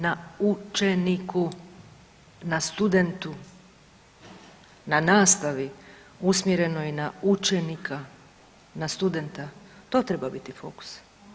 Na učeniku, na studentu, na nastavi usmjerenoj na učenika, na studenta, to treba biti fokus.